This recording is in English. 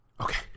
okay